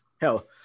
Hell